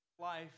life